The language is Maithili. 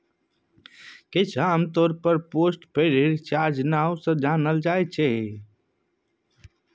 किछ आमतौर पर पोस्ट पेड रिचार्ज नाओ सँ जानल जाइ छै